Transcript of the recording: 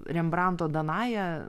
rembranto danaja